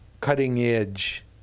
cutting-edge